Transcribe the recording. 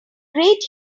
great